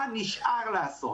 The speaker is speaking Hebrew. מה נשאר לעשות?